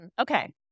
okay